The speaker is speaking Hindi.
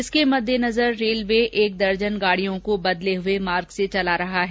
इसके मेददेनजर रेल्वे एक दर्जन गाड़ियों को बदले हुए मार्ग से चला रहा है